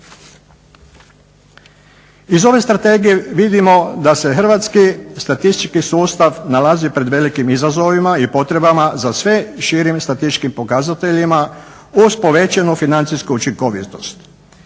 Iz ove strategije vidimo da se Hrvatski statistički sustav nalazi pred velikim izazovima i potrebama za sve širim statističkim pokazateljima uz povećanu financijsku učinkovitost.